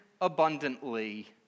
abundantly